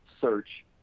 search